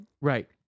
Right